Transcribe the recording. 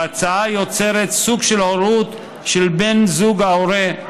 ההצעה יוצרת סוג הורות של "בן זוג ההורה",